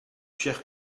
chers